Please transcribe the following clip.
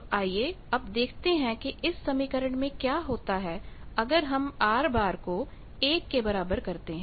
तो आइए अब देखते हैं कि इस समीकरण में क्या होता है अगर हम R को 1 के बराबर करते हैं